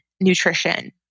nutrition